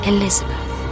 Elizabeth